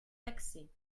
taxés